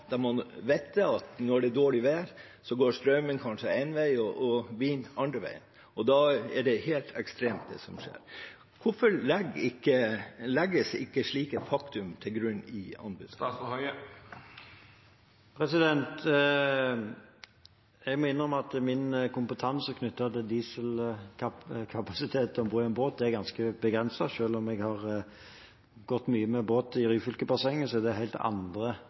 at når det er dårlig vær, går strømmen kanskje en vei og vinden den andre veien. Da er det helt ekstremt, det som skjer. Hvorfor legges ikke slike fakta til grunn i anbudsprosessen? Jeg må innrømme at min kompetanse knyttet til dieselkapasitet om bord i en båt er ganske begrenset. Selv om jeg har gått mye med båt i Ryfylkebassenget, er det helt andre sjøforhold. Det som er klart for meg, er at det